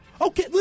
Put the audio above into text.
Okay